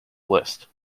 list